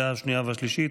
ההצבעה תהיה אלקטרונית.